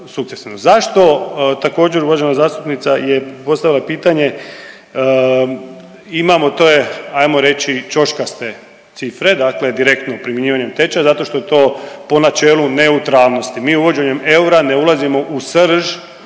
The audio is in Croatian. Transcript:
Zašto također uvažena zastupnica je postavila pitanje imamo, to je ajmo reći ćoškaste cifre, dakle direktno primjenjivanjem tečaja, zato što je to po načelu neutralnosti. Mi uvođenjem eura ne ulazimo u srž